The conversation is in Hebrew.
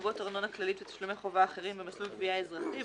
לגבות ארנונה כללית ותשלומי חובה אחרים במסלול גבייה אזרחי,